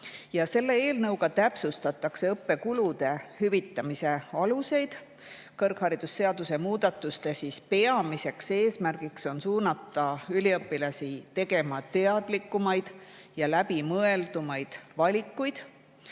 Selle eelnõuga täpsustatakse õppekulude hüvitamise aluseid. Kõrgharidusseaduse muudatuste peamine eesmärk on suunata üliõpilasi tegema teadlikumaid ja läbimõeldumaid valikuid